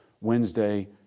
Wednesday